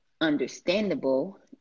understandable